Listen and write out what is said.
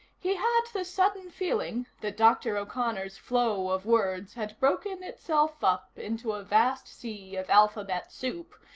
he had the sudden feeling that dr. o'connor's flow of words had broken itself up into a vast sea of alphabet soup,